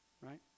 right